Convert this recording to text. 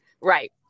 Right